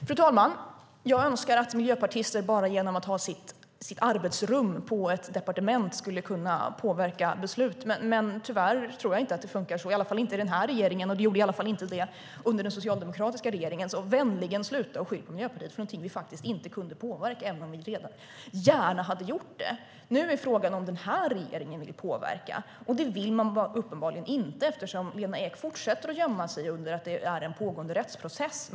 Fru talman! Jag önskar att miljöpartister bara genom att ha sitt arbetsrum på ett departement skulle kunna påverka beslut, men tyvärr tror jag inte att det funkar så, i alla fall inte i den här regeringen. Det gjorde det inte heller i den socialdemokratiska regeringen. Sluta därför vänligen att beskylla oss i Miljöpartiet för någonting som vi inte kunde påverka även om vi gärna hade gjort det! Nu är frågan om den här regeringen vill påverka. Det vill man uppenbarligen inte, eftersom Lena Ek fortsätter att gömma sig bakom att det är en pågående rättsprocess.